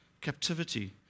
Captivity